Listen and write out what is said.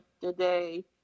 today